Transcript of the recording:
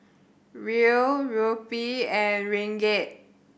Riel Rupee and Ringgit